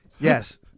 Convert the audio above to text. Yes